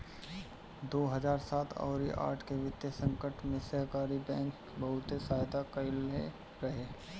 दू हजार सात अउरी आठ के वित्तीय संकट में सहकारी बैंक बहुते सहायता कईले रहे